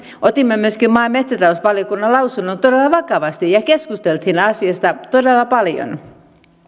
otimme myöskin maa ja metsätalousvaliokunnan lausunnon todella vakavasti ja keskustelimme asiasta todella paljon